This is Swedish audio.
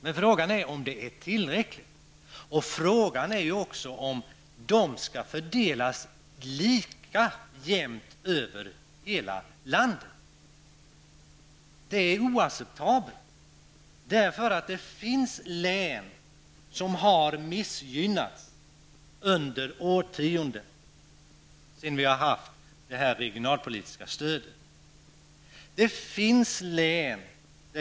Men frågan är om det är tillräckligt och frågan är också om de pengarna skall fördelas jämnt över hela landet. Det är oacceptabelt, för det finns län som har missgynnats under årtionden, sedan vi fick det regionalpolitiska stödet.